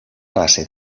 classe